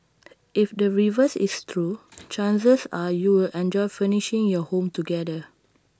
if the reverse is true chances are you'll enjoy furnishing your home together